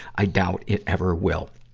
i doubt it ever will.